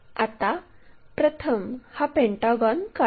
आता प्रथम हा पेंटागॉन काढू